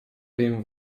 время